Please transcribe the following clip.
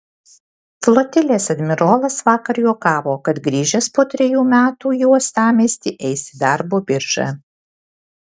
flotilės admirolas vakar juokavo kad grįžęs po trejų metų į uostamiestį eis į darbo biržą